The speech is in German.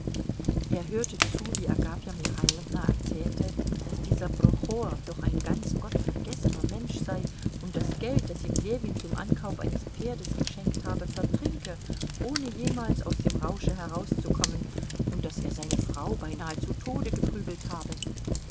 er hörte zu wie agafja michailowna erzählte daß dieser prochor doch ein ganz gottvergessener mensch sei und das geld das ihm ljewin zum ankauf eines pferdes geschenkt habe vertrinke ohne jemals aus dem rausche herauszukommen und daß er seine frau beinahe zu tode geprügelt habe